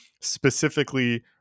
specifically